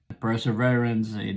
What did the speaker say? perseverance